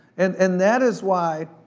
and and that is why,